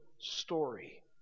story